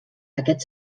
aquest